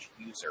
user